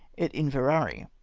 at inverary.